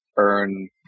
earn